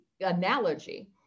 analogy